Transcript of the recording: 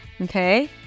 okay